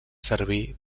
servir